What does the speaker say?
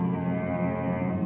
and